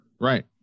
Right